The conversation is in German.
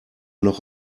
noch